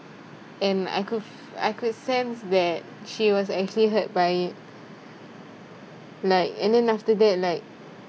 and I could I could sense that she was actually hurt by it like and then after that like